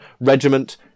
regiment